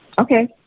Okay